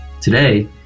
Today